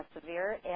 severe